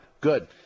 Good